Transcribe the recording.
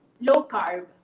low-carb